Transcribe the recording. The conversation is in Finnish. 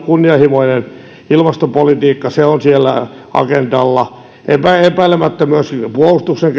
kunnianhimoinen ilmastopolitiikka ovat siellä agendalla epäilemättä myös eurooppalaisen puolustuksen